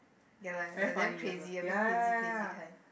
ya lah like damn crazy a bit crazy crazy kind